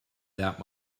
that